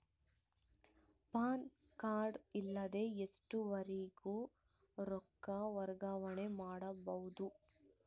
PAN card ಇಲ್ಲದ ಎಷ್ಟರವರೆಗೂ ರೊಕ್ಕ ವರ್ಗಾವಣೆ ಮಾಡಬಹುದು?